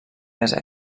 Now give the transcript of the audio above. més